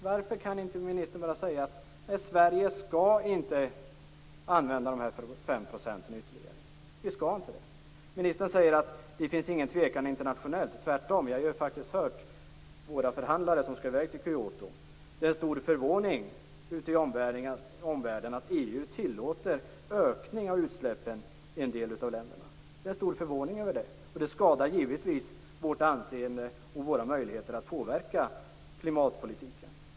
Varför kan inte ministern bara säga: Sverige skall inte använda de fem procenten ytterligare. Ministern säger att det inte råder någon tvekan internationellt. Tvärtom har jag faktiskt hört av våra förhandlare som skall åka till Kyoto att det är stor förvåning i omvärlden över att EU tillåter en ökning av utsläppen i en del av länderna. Detta skadar givetvis vårt anseende och våra möjligheter att påverka klimatpolitiken.